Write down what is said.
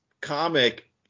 comic